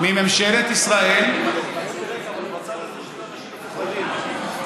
מממשלת ישראל, בצד הזה יושבים אנשים מפוחדים.